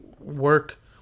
work